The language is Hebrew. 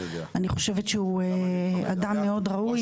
אני חושבת שהוא אדם מאוד ראוי.